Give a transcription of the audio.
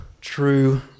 true